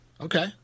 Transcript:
Okay